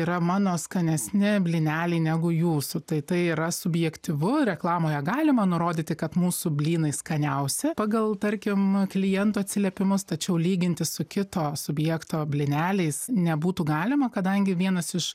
yra mano skanesni blyneliai negu jūsų tai tai yra subjektyvu reklamoje galima nurodyti kad mūsų blynai skaniausi pagal tarkim klientų atsiliepimus tačiau lyginti su kito subjekto blyneliais nebūtų galima kadangi vienas iš